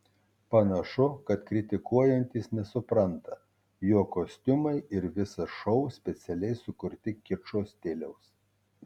panašu kad kritikuojantys nesupranta jog kostiumai ir visas šou specialiai sukurti kičo stiliaus